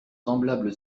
semblable